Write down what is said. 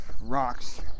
rocks